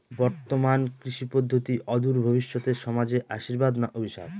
বর্তমান কৃষি পদ্ধতি অদূর ভবিষ্যতে সমাজে আশীর্বাদ না অভিশাপ?